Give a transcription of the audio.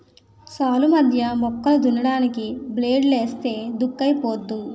సాల్లు మధ్య మొక్కలు దున్నడానికి బ్లేడ్ ఏస్తే దుక్కైపోద్ది